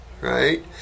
right